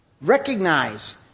Recognize